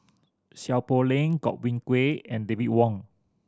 Seow Poh Leng Godwin Koay and David Wong